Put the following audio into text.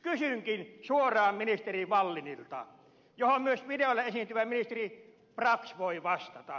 kysynkin suoraan ministeri wallinilta ja myös videolla esiintyvä ministeri brax voi vastata